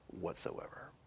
whatsoever